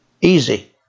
easy